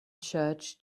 church